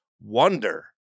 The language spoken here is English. wonder